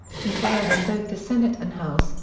he failed in both the senate and house,